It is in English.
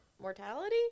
Mortality